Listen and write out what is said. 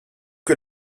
que